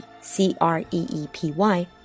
C-R-E-E-P-Y